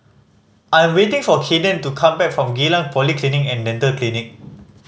I'm waiting for Kaden to come back from Geylang Polyclinic And Dental Clinic